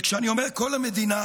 כשאני אומר "כל המדינה"